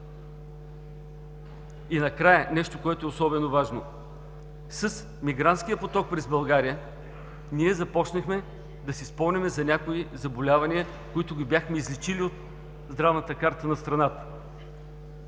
И накрая, нещо особено важно, с мигрантския поток през България започнахме да си спомняме за някои заболявания, които бяхме изличили от здравната карта на страната.